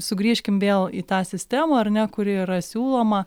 sugrįžkim vėl į tą sistemą ar ne kuri yra siūloma